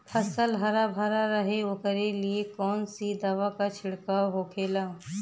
फसल हरा भरा रहे वोकरे लिए कौन सी दवा का छिड़काव होखेला?